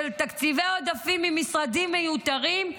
של תקציבי עודפים ממשרדים מיותרים,